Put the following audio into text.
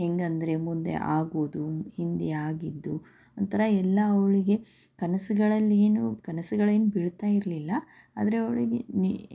ಹೇಗಂದ್ರೆ ಮುಂದೆ ಆಗೋದು ಹಿಂದೆ ಆಗಿದ್ದು ಒಂಥರ ಎಲ್ಲ ಅವಳಿಗೆ ಕನಸುಗಳಲ್ಲಿ ಏನು ಕನಸುಗಳೇನೂ ಬೀಳ್ತಾ ಇರಲಿಲ್ಲ ಆದರೆ ಅವಳಿಗೆ